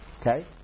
Okay